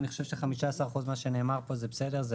לא, אני חושב ש-15%, מה שנאמר פה, זה בסדר.